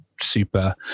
super